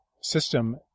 system